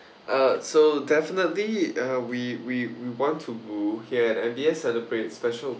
uh so definitely uh we we we want to here and M_B_S celebrate special